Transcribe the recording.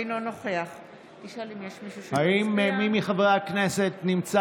אינו נוכח יש מי מחברי הכנסת שנמצא